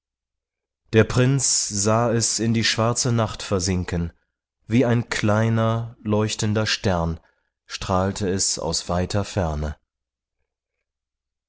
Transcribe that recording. der prinz sah es in die schwarze nacht versinken wie ein kleiner leuchtender stern strahlte es aus weiter ferne